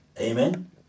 Amen